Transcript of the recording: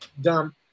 dumb